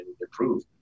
improve